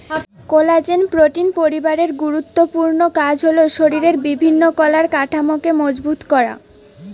collagen protein পরিবারের গুরুত্বপূর্ণ কাজ হল শরিরের বিভিন্ন কলার কাঠামোকে মজবুত করা